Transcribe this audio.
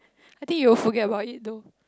I think you forget about it though